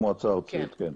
כן.